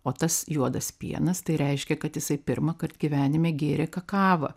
o tas juodas pienas tai reiškia kad jisai pirmąkart gyvenime gėrė kakavą